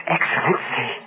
Excellency